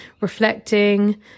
reflecting